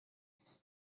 مسقط